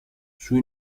sui